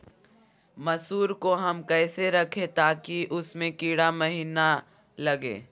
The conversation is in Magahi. मसूर को हम कैसे रखे ताकि उसमे कीड़ा महिना लगे?